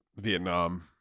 Vietnam